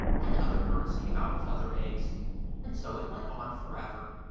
and other birds came out of other eggs and so it went on for ever.